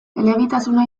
elebitasuna